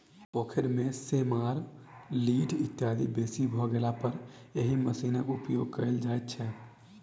पोखैर मे सेमार, लीढ़ इत्यादि बेसी भ गेलापर एहि मशीनक उपयोग कयल जाइत छै